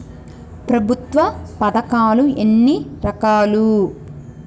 ప్రభుత్వ పథకాలు ఎన్ని రకాలు?